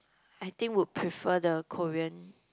I think would prefer the Korean